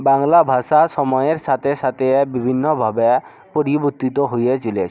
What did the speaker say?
বাংলা ভাষা সময়ের সাথে সাথে বিভিন্নভাবে পরিবর্তিত হয়ে চলেছে